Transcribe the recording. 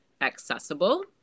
accessible